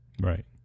right